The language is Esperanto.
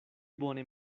bone